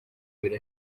abiri